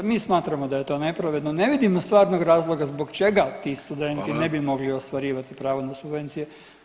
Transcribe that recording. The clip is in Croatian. Mi smatramo da je to nepravedno, ne vidimo stvarnog razloga zbog čega ti studenti ne bi [[Upadica Vidović: Hvala.]] mogli ostvarivati pravo na subvencije.